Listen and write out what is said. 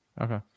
Okay